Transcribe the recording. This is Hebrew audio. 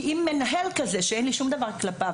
כי אם מנהל כזה שאין לי שום דבר כלפיו,